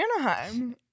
Anaheim